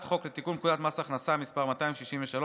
חוק לתיקון פקודת מס הכנסה (מס' 263),